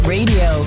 Radio